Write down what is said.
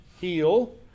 heel